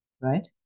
right